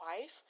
wife